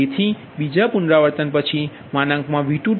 તેથી બીજા પુનરાવર્તન પછી V22 1